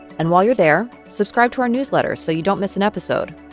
and while you're there, subscribe to our newsletter so you don't miss an episode.